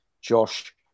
Josh